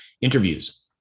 interviews